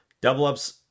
Double-up's